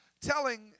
telling